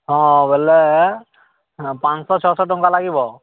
ହଁ ବୋଲେ ପାଞ୍ଚଶହ ଛଅଶହ ଟଙ୍କା ଲାଗିବ